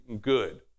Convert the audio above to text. good